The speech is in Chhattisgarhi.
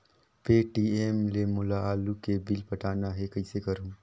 पे.टी.एम ले मोला आलू के बिल पटाना हे, कइसे करहुँ?